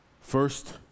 first